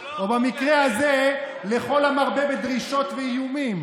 או במקרה הזה לכל המרבה בדרישות ואיומים.